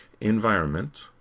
Environment